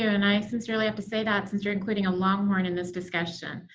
and i sincerely have to say that since you're including a longhorn in this discussion.